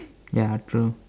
ya true